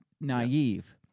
naive